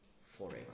Forever